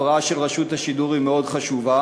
הבראה של רשות השידור הם מאוד חשובים.